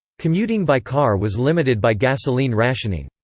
commuting by car was limited by gasoline rationing.